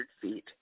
feet